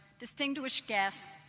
distinguished guests,